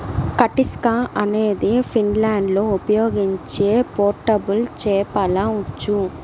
కటిస్కా అనేది ఫిన్లాండ్లో ఉపయోగించే పోర్టబుల్ చేపల ఉచ్చు